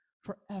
forever